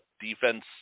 defense